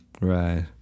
Right